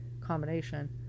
combination